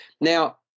Now